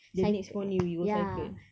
cyc~ ya